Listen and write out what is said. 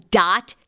dot